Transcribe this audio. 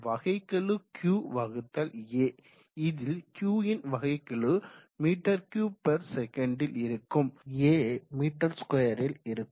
வகைக்கெழு Q வகுத்தல் A இதில் Qன் வகைக்கெழு m3s ல் இருக்கும் A மீ2 ல் இருக்கும்